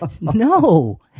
No